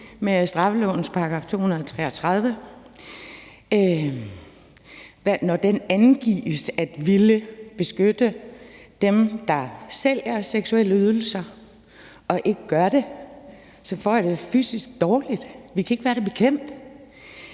med straffelovens § 233. Når den angives at ville beskytte dem, der sælger seksuelle ydelser, og ikke gør det, så får jeg det fysisk dårligt. Vi kan ikke være det bekendt.